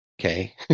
Okay